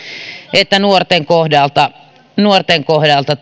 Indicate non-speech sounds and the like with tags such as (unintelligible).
että nuorten kohdalta nuorten kohdalta (unintelligible)